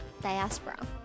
Diaspora